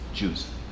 Jews